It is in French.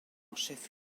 chef